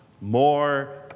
more